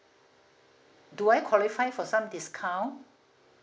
do I qualify for some discount